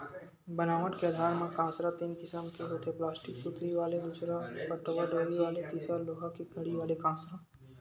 बनावट के आधार म कांसरा तीन किसम के होथे प्लास्टिक सुतरी वाले दूसर पटवा डोरी वाले तिसर लोहा के कड़ी वाले कांसरा